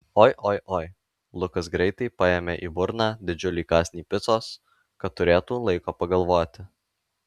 oi oi oi lukas greitai paėmė į burną didžiulį kąsnį picos kad turėtų laiko pagalvoti